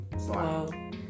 Wow